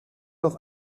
heure